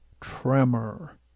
tremor